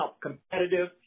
competitive